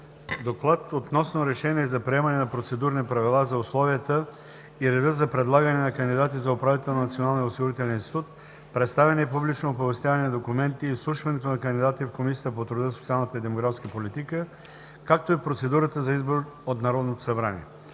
„ДОКЛАД относно Решение за приемане на процедурни правила за условията и реда за предлагане на кандидати за управител на Националния осигурителен институт, представяне и публично оповестяване на документите и изслушването на кандидатите в Комисията по труда, социалната и демографската политика, както и процедурата за избор от Народното събрание